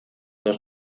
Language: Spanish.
dos